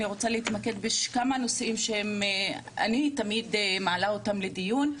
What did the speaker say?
אני רוצה להתמקד בכמה נושאים שאני תמיד מעלה אותם לדיון.